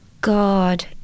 God